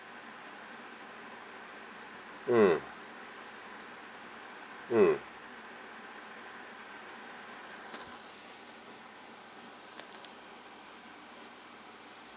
mm mm